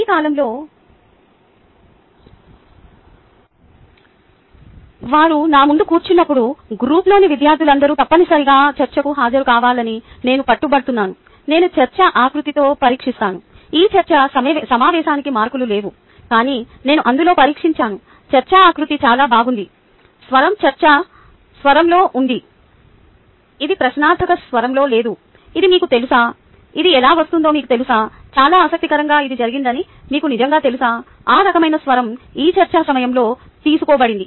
ఈ కాలంలోనే వారు నా ముందు కూర్చున్నప్పుడు గ్రూప్లోని విద్యార్థులందరూ తప్పనిసరిగా చర్చకు హాజరు కావాలని నేను పట్టుబడుతున్నాను నేను చర్చా ఆకృతిలో పరీక్షిస్తాను ఈ చర్చా సమావేశానికి మార్కులు లేవు కానీ నేను అందులో పరీక్షించాను చర్చా ఆకృతి చాలా బాగుంది స్వరం చర్చా స్వరంలో ఉంది ఇది ప్రశ్నార్థక స్వరంలో లేదు ఇది మీకు తెలుసా ఇది ఎలా వస్తుందో మీకు తెలుసా చాలా ఆసక్తికరంగా ఇది జరిగిందని మీకు నిజంగా తెలుసా ఆ రకమైన స్వరం ఈ చర్చ సమయంలో తీసుకోబడింది